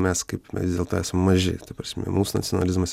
mes kaip mesvis dėl to esam maži ta prasme mūsų nacionalizmas